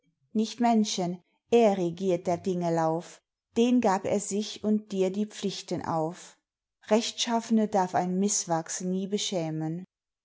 nicht menschen er regiert der dinge lauf den gab er sich und dir die pflichten auf rechtschaffne darf ein misswachs nie beschämen